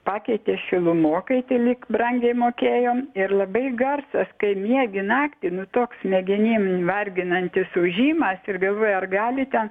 pakeitė šilumokaitį lyg brangiai mokėjom ir labai garsas kai miegi naktį nu toks smegenim varginantis ūžimas ir galvoju ar gali ten